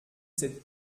cette